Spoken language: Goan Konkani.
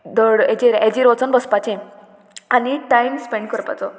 दड हेजेर एजीर वचून बसपाचें आनी टायम स्पेंड करपाचो